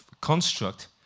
construct